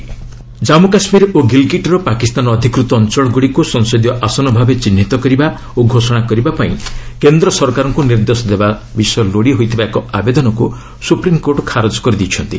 SC PO and କେକେ ଜନ୍ମୁ କାଶ୍ମୀର ଓ ଗିଲ୍ଗିଟ୍ର ପାକିସ୍ତାନ ଅଧିକୃତ ଅଞ୍ଚଳଗୁଡ଼ିକୁ ସଂସଦୀୟ ଆସନ ଭାବେ ଚିହ୍ନିତ କରିବା ଓ ଘୋଷଣା କରିବାପାଇଁ କେନ୍ଦ୍ର ସରକାରଙ୍କୁ ନିର୍ଦ୍ଦେଶ ଦେବା ବିଷୟ ଲୋଡ଼ି ହୋଇଥିବା ଏକ ଆବେଦନକୁ ସୁପ୍ରିମ୍କୋର୍ଟ ଖାରଜ କରିଦେଇଛନ୍ତି